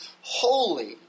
holy